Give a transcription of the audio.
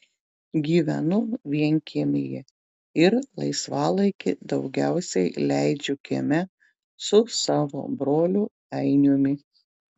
gyvenu vienkiemyje ir laisvalaikį daugiausiai leidžiu kieme su savo broliu ainiumi